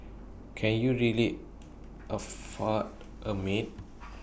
can you really afford A maid